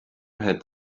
had